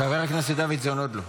חבר הכנסת דוידסון, עוד לא.